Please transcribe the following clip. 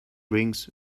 rings